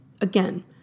Again